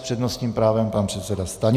S přednostním právem pan předseda Stanjura.